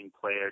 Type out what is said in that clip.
player